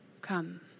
Come